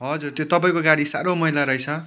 हजुर त्यो तपाईँको गाडी साह्रो मैला रहेछ